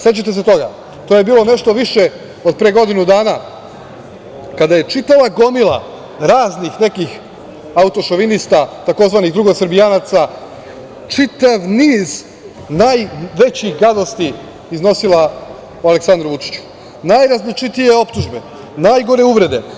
Sećate se toga, to je bilo nešto više od pre godinu dana, kada je čitava gomila raznih nekih autošovinista, tzv. drugosrbijanaca, čitav niz najvećih gadosti iznosila o Aleksandru Vučiću, najrazličitije optužbe, najgore uvrede.